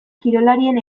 kirolarien